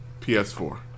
PS4